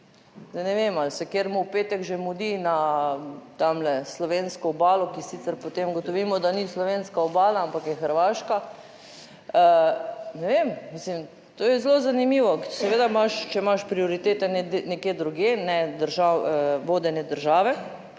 ne vem, ali se kateremu v petek že mudi na tamle slovensko obalo, ki sicer, potem ugotovimo, da ni slovenska obala, ampak je hrvaška. Ne vem, mislim, to je zelo zanimivo. Seveda imaš, če imaš prioritete nekje drugje, ne vodenje države